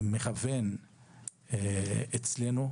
לכוון אותנו,